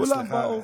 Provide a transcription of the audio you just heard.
כולם באו.